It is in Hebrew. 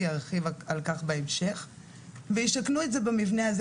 ירחיב על כך בהמשך וישכנו את זה במבנה זה,